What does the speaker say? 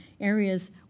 areas